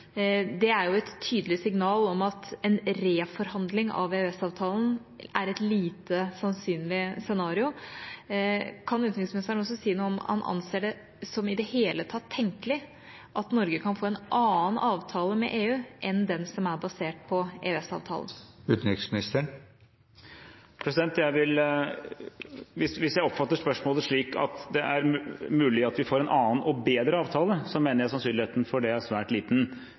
er et tydelig signal om at en reforhandling av EØS-avtalen er et lite sannsynlig scenario. Kan utenriksministeren også si noe om hvorvidt han anser det som i det hele tatt tenkelig at Norge kan få en annen avtale med EU enn den som er basert på EØS-avtalen? Hvis spørsmålet gjelder hvorvidt det er mulig at vi får en annen og bedre avtale, mener jeg sannsynligheten for det er svært liten.